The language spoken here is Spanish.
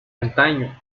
antaño